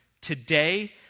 Today